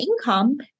income